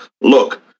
look